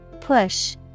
Push